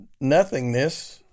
nothingness